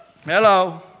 Hello